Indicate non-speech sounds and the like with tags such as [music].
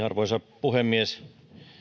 [unintelligible] arvoisa puhemies